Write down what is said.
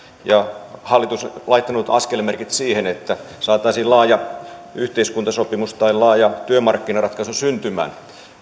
ja hallitus on laittanut askelmerkit siihen että saataisiin laaja yhteiskuntasopimus tai laaja työmarkkinaratkaisu syntymään